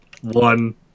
one